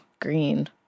green